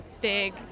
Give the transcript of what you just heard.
big